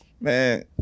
man